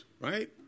right